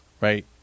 right